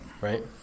Right